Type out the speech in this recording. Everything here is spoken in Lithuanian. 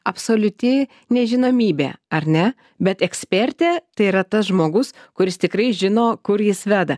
absoliuti nežinomybė ar ne bet ekspertė tai yra tas žmogus kuris tikrai žino kur jis veda